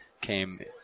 came